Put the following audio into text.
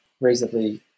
reasonably